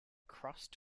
crust